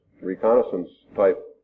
reconnaissance-type